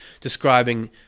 describing